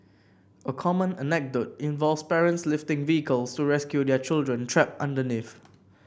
a common anecdote involves parents lifting vehicles to rescue their children trapped underneath